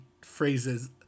phrases